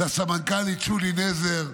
לסמנכ"לית שולי נזר,